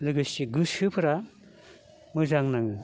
लोगोसे गोसोफ्रा मोजां नाङो